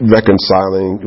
reconciling